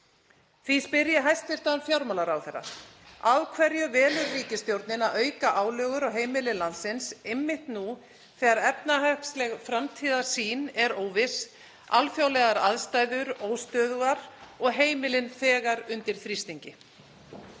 Því spyr ég hæstv. fjármálaráðherra: Af hverju velur ríkisstjórnin að auka álögur á heimili landsins einmitt nú þegar efnahagsleg framtíðarsýn er óviss, alþjóðlegar aðstæður óstöðugar og heimilin þegar undir þrýstingi?